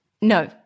no